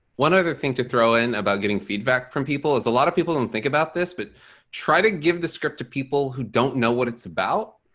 one other thing to throw in about getting feedback from people is a lot of people don't think about this but try to give the script to people who don't know what it's about.